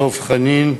דב חנין,